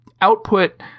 output